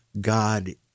God